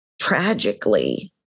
tragically